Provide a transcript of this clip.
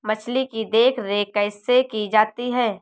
मछली की देखरेख कैसे की जाती है?